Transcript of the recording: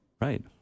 Right